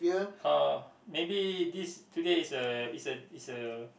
uh maybe this today is a is a is a